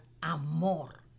amor